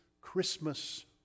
Christmas